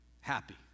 happy